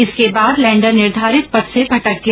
इसके बाद लैंडर निर्धारित पथ से भटक गया